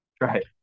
Right